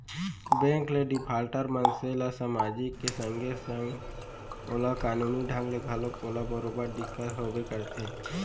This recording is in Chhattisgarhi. बेंक ले डिफाल्टर मनसे ल समाजिक के संगे संग ओला कानूनी ढंग ले घलोक ओला बरोबर दिक्कत होबे करथे